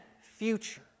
future